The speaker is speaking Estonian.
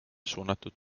suunatud